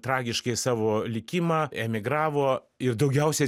tragiškai savo likimą emigravo ir daugiausiai